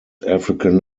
african